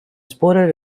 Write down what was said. spotted